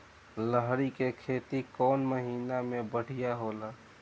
लहरी के खेती कौन महीना में बढ़िया होला?